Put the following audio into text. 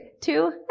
two